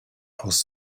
aus